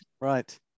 right